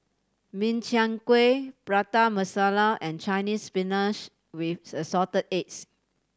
Min Chiang Kueh Prata Masala and Chinese Spinach with Assorted Eggs